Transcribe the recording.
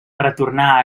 retornar